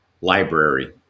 library